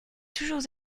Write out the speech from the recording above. toujours